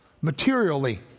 materially